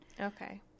Okay